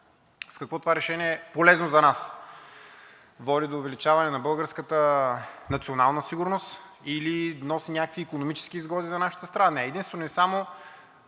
с какво това решение е полезно за нас. Води до увеличаване на българската национална сигурност или носи някакви икономически изгоди за нашата страна? Не, единствено и само